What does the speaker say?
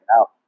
out